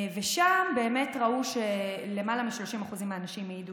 ושם באמת ראו שלמעלה מ-30% מהנשים העידו